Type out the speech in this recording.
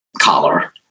collar